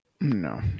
No